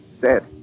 Dead